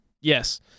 Yes